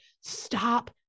Stop